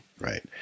Right